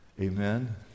Amen